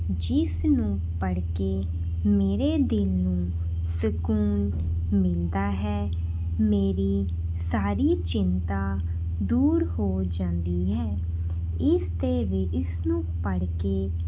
ਜਿਸ ਨੂੰ ਪੜ੍ਹ ਕੇ ਮੇਰੇ ਦਿਲ ਨੂੰ ਸਕੂਨ ਮਿਲਦਾ ਹੈ ਮੇਰੀ ਸਾਰੀ ਚਿੰਤਾ ਦੂਰ ਹੋ ਜਾਂਦੀ ਹੈ ਇਸ 'ਤੇ ਵੀ ਇਸ ਨੂੰ ਪੜ੍ਹ ਕੇ